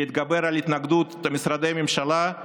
להתגבר על התנגדות משרדי הממשלה,